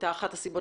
הייתה אחת הסיבות